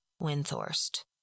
Winthorst